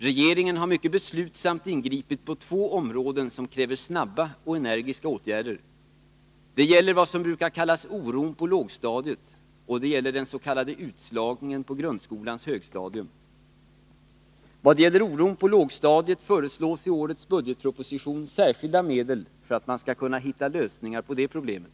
Regeringen har mycket beslutsamt ingripit på två områden, som kräver snara och energiska åtgärder. Det gäller vad som brukar kallas oron på lågstadiet, och det gäller dens.k. utslagningen på grundskolans högstadium. I vad gäller oron på lågstadiet föreslås i årets budgetproposition särskilda medel för att man skall kunna hitta lösningar på det problemet.